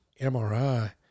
MRI